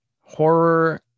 Horror